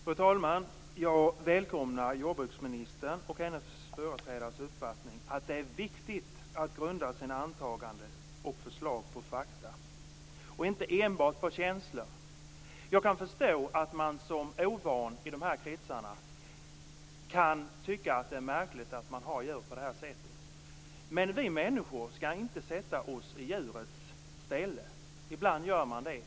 Fru talman! Jag välkomnar jordbruksministerns och hennes företrädares uppfattning, att det är viktigt att grunda sina antaganden och förslag på fakta och inte enbart på känsla. Jag kan förstå att man som ovan i dessa kretsar kan tycka att det är märkligt att hålla djur på det här sättet. Men vi människor skall inte sätta oss i djurens ställe. Men ibland gör man det.